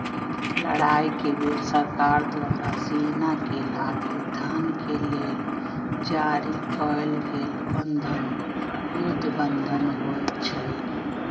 लड़ाई के बेर सरकार द्वारा सेनाके लागी धन के लेल जारी कएल गेल बन्धन युद्ध बन्धन होइ छइ